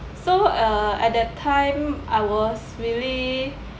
so uh at that time I was really